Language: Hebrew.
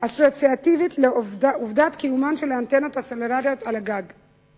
אסוציאטיבית לעובדת קיומן של האנטנות הסלולריות על הגג.